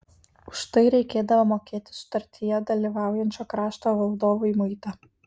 už tai reikėdavo mokėti sutartyje dalyvaujančio krašto valdovui muitą